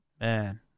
Man